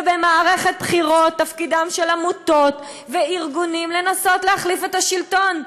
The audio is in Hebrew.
ובמערכת בחירות תפקידן של עמותות וארגונים לנסות להחליף את השלטון,